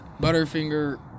Butterfinger